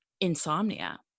insomnia